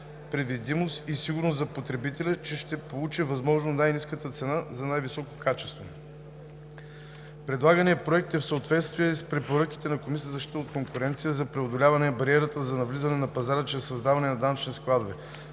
предвидимост и сигурност за потребителя, че ще получи възможно най-ниската цена за най-високото качество. Предлаганият проект е в съответствие и с препоръките на Комисията за защита на конкуренцията, за преодоляване на бариерата за навлизане на пазара, чрез създаване на данъчни складове.